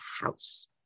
house